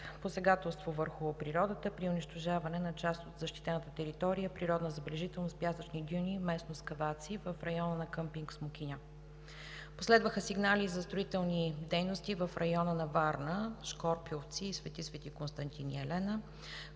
посегателство върху природата при унищожаване на част от защитената територия природна забележителност пясъчни дюни местност Каваци в района на къмпинг „Смокиня“. Последваха сигнали за строителни дейности в района на Варна, Шкорпиловци и „Св. св. Константин и Елена“,